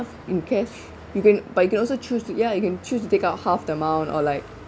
in cash you can but you can also choose to ya you can choose to take out half the amount or like